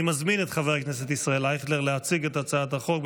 אני מזמין את חבר הכנסת ישראל אייכלר להציג את הצעת החוק.